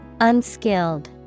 Unskilled